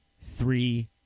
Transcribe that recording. three